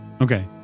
Okay